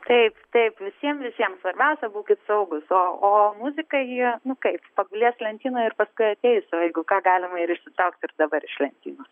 taip taip visiem visiem svarbiausia būkit saugūs o o muzika ji nu kaip pagulės lentynoj ir paskui ateis o jeigu ką galima ir išsitraukt ir dabar iš lentynos